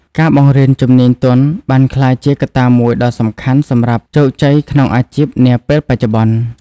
ការបង្រៀនជំនាញទន់បានក្លាយជាកត្តាមួយដ៏សំខាន់សម្រាប់ជោគជ័យក្នុងអាជីពនាពេលបច្ចុប្បន្ន។